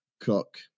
Cook